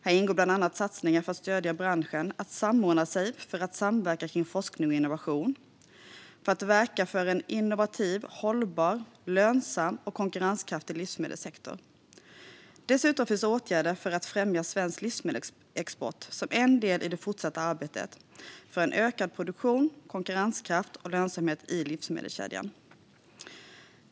Här ingår bland annat satsningar för att stödja branschen att samordna sig för att samverka om forskning och innovation, för att verka för en innovativ, hållbar, lönsam och konkurrenskraftig livsmedelssektor. Dessutom finns åtgärder för att främja svensk livsmedelsexport som en del i det fortsatta arbetet för en ökad produktion, konkurrenskraft och lönsamhet i livsmedelskedjan.